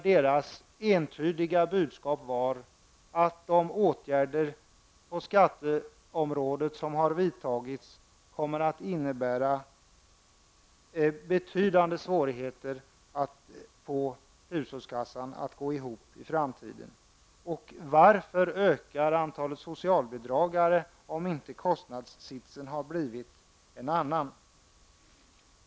Deras entydiga budskap var att de åtgärder på skatteområdet som har vidtagits kommer att innebära betydande svårigheter att få hushållskassan att gå ihop i framtiden. Och varför ökar antalet socialbidragstagare, om inte kostnadssitsen har blivit en annan?